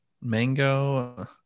Mango